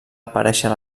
aparèixer